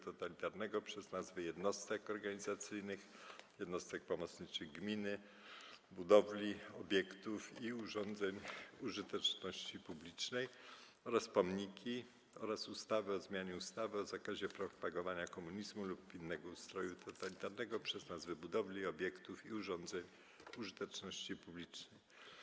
totalitarnego przez nazwy jednostek organizacyjnych, jednostek pomocniczych gminy, budowli, obiektów i urządzeń użyteczności publicznej oraz pomniki oraz ustawy o zmianie ustawy o zakazie propagowania komunizmu lub innego ustroju totalitarnego przez nazwy budowli, obiektów i urządzeń użyteczności publicznej.